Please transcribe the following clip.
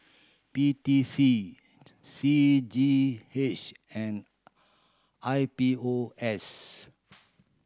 P T C C G H and I P O S